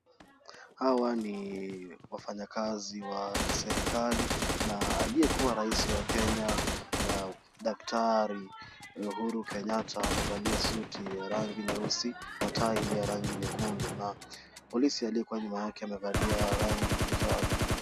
Hawa ni wafanyakazi wa kiserkali na aliyekuwa Rais wa Kenya Daktari Uhuru Kenyatta amevalia suti ya rangi nyeusi na tai la rangi nyekundu na polisi aliyekuwa nyuma yake amevalia rangi kinjano.